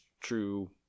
true